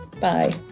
Bye